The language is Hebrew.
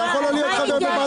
מי נגד?